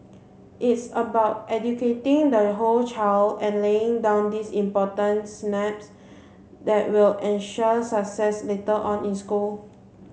it's about educating the whole child and laying down these important synapses that will ensure success later on in school